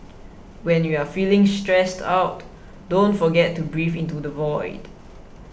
when you are feeling stressed out don't forget to breathe into the void